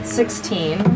sixteen